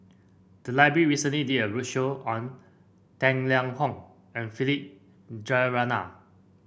the library recently did a roadshow on Tang Liang Hong and Philip Jeyaretnam